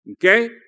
Okay